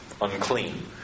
unclean